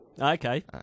Okay